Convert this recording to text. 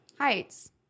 Heights